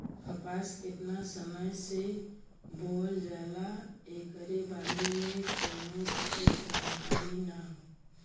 कपास केतना समय से बोअल जाला एकरे बारे में कउनो ठीक जानकारी ना हौ